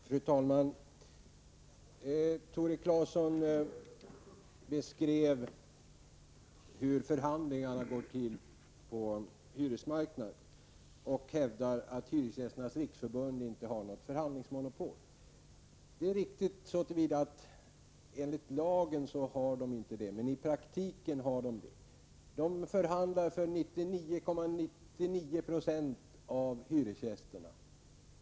Fru talman! Tore Claeson beskrev hur förhandlingarna går till på hyresmarknaden. Han hävdar att Hyresgästernas riksförbund inte har något förhandlingsmonopol. Det är riktigt så till vida att de enligt lagen inte har ett sådant monopol. Men i praktiken har de det. De förhandlar för 99,99 96 av hyresgästerna.